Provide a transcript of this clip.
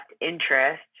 interest